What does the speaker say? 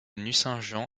nucingen